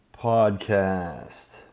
podcast